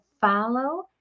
follow